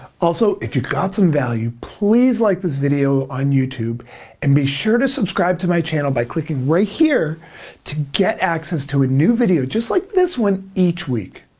also, if you got some value, please like this video on youtube and be sure to subscribe to my channel by clicking right here to get access to a new video just like this one each week.